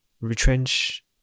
retrench